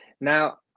Now